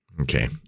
Okay